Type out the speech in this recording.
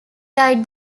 died